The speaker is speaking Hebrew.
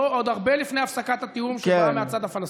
עוד הרבה לפני הפסקת התיאום שבאה מהצד הפלסטיני.